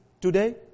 today